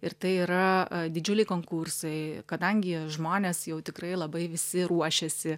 ir tai yra didžiuliai konkursai kadangi žmonės jau tikrai labai visi ruošiasi